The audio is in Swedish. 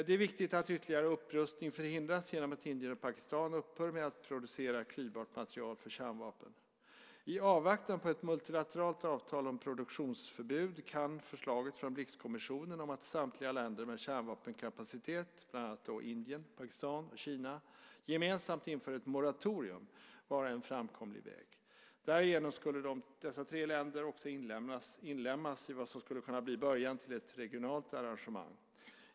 Det är viktigt att ytterligare upprustning förhindras genom att Indien och Pakistan upphör med att producera klyvbart material för kärnvapen. I avvaktan på ett multilateralt avtal om produktionsförbud kan förslaget från Blixkommissionen om att samtliga länder med kärnvapenkapacitet - bland annat då Indien, Pakistan och Kina - gemensamt inför ett moratorium vara en framkomlig väg. Därigenom skulle dessa tre länder också inlemmas i vad som skulle kunna bli början till ett regionalt arrangemang.